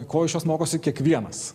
ko iš jos mokosi kiekvienas